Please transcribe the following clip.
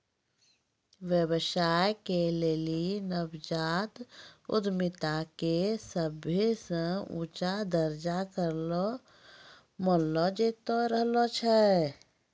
व्यवसाय के लेली नवजात उद्यमिता के सभे से ऊंचा दरजा करो मानलो जैतो रहलो छै